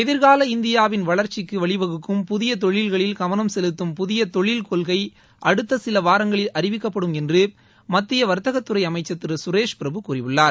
எதிர்கால இந்தியாவின் வளர்ச்சிக்கு வழிவகுக்கும் புதிய தொழில்களில் கவனம் செலுத்தும் புதிய தொழில் கொள்கை அடுத்த சில வாரங்களில் அறிவிக்கப்படும் என்று மத்திய வர்த்தகத் துறை அமைச்சர் திரு சுரேஷ் பிரபு கூறியுள்ளார்